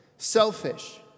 selfish